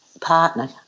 partner